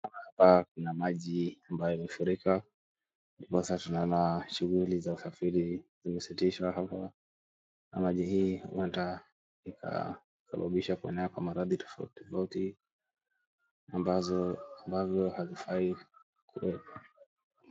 Hapa kuna maji ambayo imefurika, ndiposa tunaona shughuli za usafiri umesitishwa hapa na maji hii huenda ikasababisha kuenea kwa magari tofauti tofauti ambazo hazifai kuwepo.